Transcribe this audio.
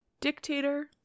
Dictator